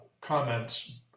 comments